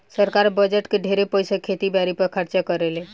सरकार बजट के ढेरे पईसा खेती बारी पर खर्चा करेले